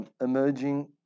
emerging